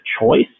choice